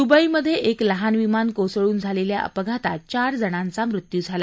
दुबईमधे एक लहान विमान कोसळून झालेल्या अपघातात चार जणांचा मृत्यू झाला